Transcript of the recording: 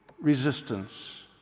resistance